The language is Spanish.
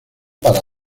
para